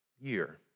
year